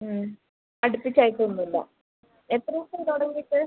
അടുപ്പിച്ചായിട്ടൊന്നുമില്ല എത്ര ദിവസമായി തുടങ്ങിയിട്ട്